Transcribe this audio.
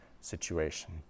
situation